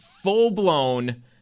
Full-blown